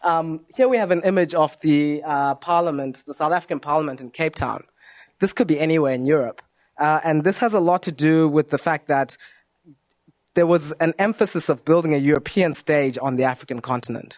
here we have an image of the parliament the south african parliament in cape town this could be anywhere in europe and this has a lot to do with the fact that there was an emphasis of building a european stage on the african continent